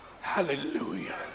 Hallelujah